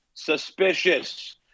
Suspicious